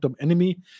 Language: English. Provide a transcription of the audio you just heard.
enemy